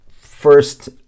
first